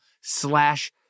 slash